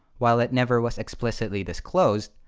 while it never was explicitly disclosed,